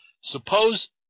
Suppose